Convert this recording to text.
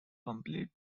complete